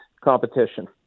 competition